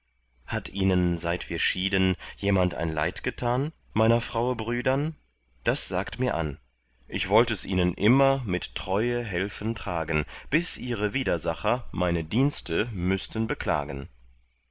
hat ihnen seit wir schieden jemand ein leid getan meiner fraue brüdern das saget mir an ich wollt es ihnen immer mit treue helfen tragen bis ihre widersacher meine dienste müßten beklagen